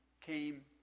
came